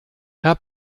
herr